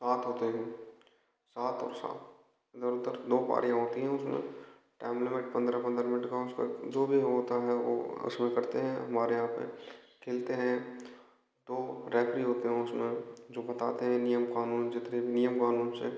हाथ होते हैं सात और सात इधर उधर दो पारियां होती हैं उसमें टैम लिमिट पंद्रह पंद्रह मिनट का उसके जो भी होता है वो उसमें करते हैं हमारे यहाँ पे खेलते हैं तो रैफरी होते हैं उसमें जो बताते हैं नियम कानून जितने भी नियम कानून हैं